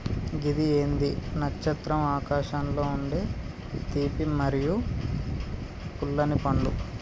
గిది ఏంది నచ్చత్రం ఆకారంలో ఉండే తీపి మరియు పుల్లనిపండు